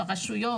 ברשויות,